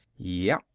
yeah,